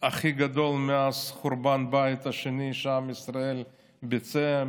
הכי גדול מאז חורבן בית שני שעם ישראל ביצע: